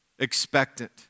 expectant